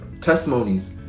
testimonies